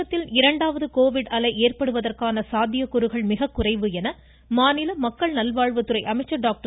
தமிழகத்தில் இரண்டாவது கோவிட் அலை ஏற்படுவதற்கான சாத்தியக் கூறுகள் மிகக்குறைவு என்று மாநில மக்கள் நல்வாழ்வுத்துறை அமைச்சர் டாக்டர்